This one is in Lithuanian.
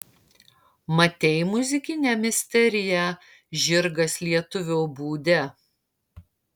matei muzikinę misteriją žirgas lietuvio būde